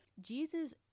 Jesus